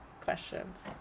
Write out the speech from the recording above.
questions